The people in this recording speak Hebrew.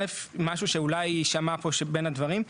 א' משהו שאולי יישמע פה בין הדברים,